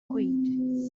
agreed